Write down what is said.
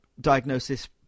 diagnosis